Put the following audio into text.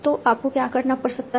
तो आपको क्या करना पड़ सकता है